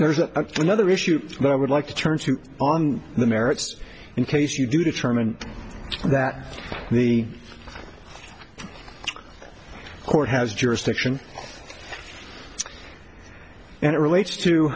there's a another issue but i would like to turn to on the merits in case you do determine that the court has jurisdiction and it relates to